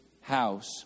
house